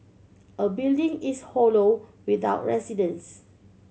a building is hollow without residents